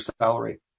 salary